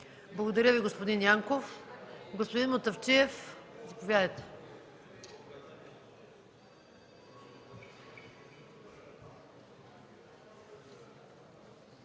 Благодаря Ви, господин Янков. Господин Гечев, заповядайте